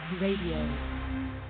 radio